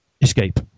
escape